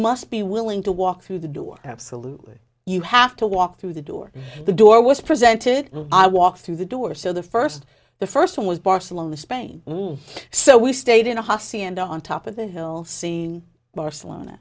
must be willing to walk through the door absolutely you have to walk through the door the door was presented i walked through the door so the first the first one was barcelona spain so we stayed in a house and on top of the hill seeing barcelona